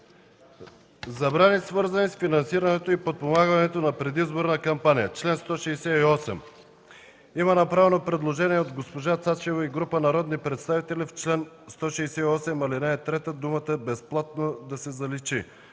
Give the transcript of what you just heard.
„Забрани, свързани с финансирането и подпомагането на предизборната кампания” – чл. 168. Има направено предложение от госпожа Цачева и група народни представители – в чл. 168, ал. 3 думата „безплатно” да се заличи